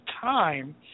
time